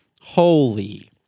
Holy